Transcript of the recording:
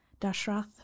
Dashrath